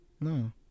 No